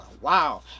wow